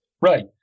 Right